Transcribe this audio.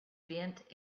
bent